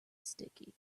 sticky